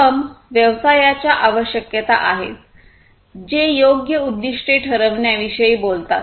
प्रथम व्यवसायाच्या आवश्यकता आहेत जे योग्य उद्दीष्टे ठरविण्याविषयी बोलतात